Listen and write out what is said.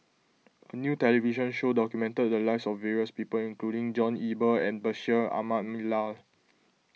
a new television show documented the lives of various people including John Eber and Bashir Ahmad Mallal